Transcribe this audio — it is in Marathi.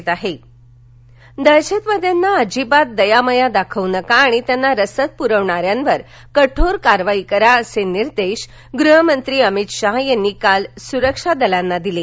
अमितशहा दहशतवाद्यांना अजिबात दयामाया दाखवू नका आणि त्यांना रसद पुरवणाऱ्यांवर कठोर कारवाई करा असे निर्देश गृहमंत्री अमित शहा यांनी काल सुरक्षा दलांना दिले